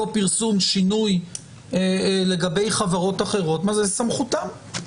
פרסום שינוי לגבי חברות אחרות סמכותם.